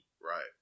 Right